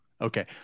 Okay